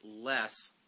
less